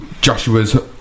Joshua's